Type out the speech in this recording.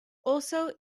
also